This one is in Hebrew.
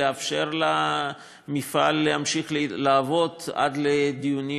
ולאפשר למפעל להמשיך לעבוד עד לדיונים,